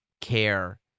care